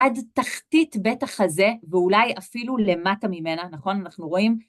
עד תחתית בית החזה, ואולי אפילו למטה ממנה, נכון? אנחנו רואים?